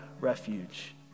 refuge